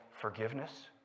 forgiveness